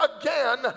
again